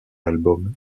album